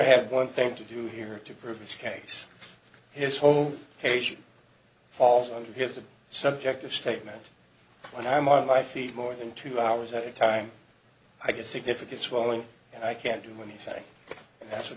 i have one thing to do here to prove his case his whole haitian falls under his a subjective statement when i'm on my feet more than two hours at a time i get significant swelling and i can't do anything as a